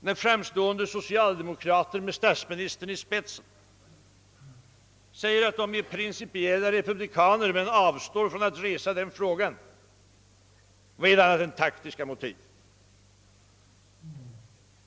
När framstående socialdemokrater med statsministern i spetsen säger att de är principiella republikaner men avstår från att resa denna fråga, vad är det annat än taktiska motiv?